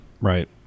Right